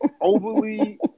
Overly